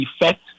effect